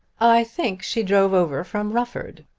i think she drove over from rufford,